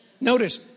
Notice